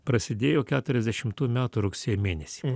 prasidėjo keturiasdešimtų metų rugsėjo mėnesį